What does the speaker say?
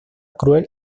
cruel